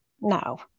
No